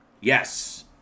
Yes